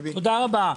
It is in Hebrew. תודה רבה.